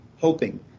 hoping